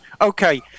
Okay